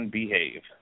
behave